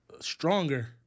stronger